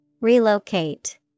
Relocate